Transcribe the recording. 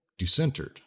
decentered